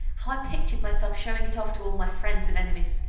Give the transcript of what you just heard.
how i pictured myself showing it off to all my friends and enemies.